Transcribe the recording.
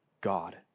God